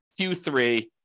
Q3